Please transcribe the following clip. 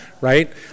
Right